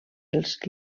els